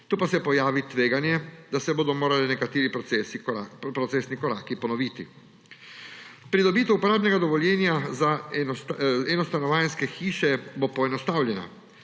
Tu pa se pojavi tveganje, da se bodo morali nekateri procesni koraki ponoviti. Pridobitev uporabnega dovoljenja za enostanovanjske hiše bo poenostavljena.